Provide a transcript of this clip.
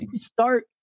start